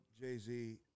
Jay-Z